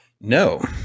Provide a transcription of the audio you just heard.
No